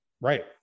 Right